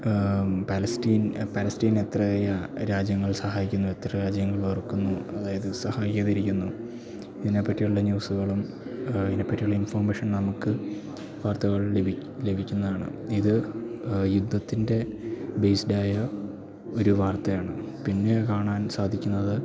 Palestine പലസ്റ്റീനെ എത്ര രാജ്യങ്ങൾ സഹായിക്കുന്നു എത്ര രാജ്യങ്ങൾ വെറുക്കുന്നു അതായത് സഹായിക്കാതിരിക്കുന്നു ഇതിനെപ്പറ്റിയുള്ള ന്യൂസ്കളും ഇതിനെപ്പറ്റിയുള്ള ഇൻഫോർമേഷൻ നമുക്ക് വാർത്തകൾ ലഭിക്കുന്നതാണ് ഇത് യുദ്ധത്തിൻ്റെ ബേസ്ഡ് ആയ ഒരു വാർത്തയാണ് പിന്നെ കാണാൻ സാധിക്കുന്നത്